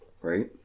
Right